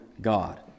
God